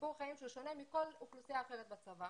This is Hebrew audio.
סיפור חיים ששונה מכול אוכלוסייה אחרת בצבא